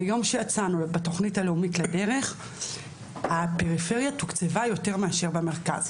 מהיום שיצאנו בתכנית הלאומית לדרך הפריפריה תוקצבה יותר מאשר במרכז,